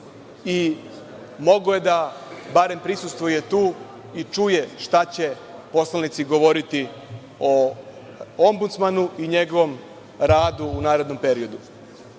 Mogao je barem da prisustvuje i čuje šta će poslanici govoriti o ombudsmanu i njegovom radu u narednom periodu. Što